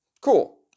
Cool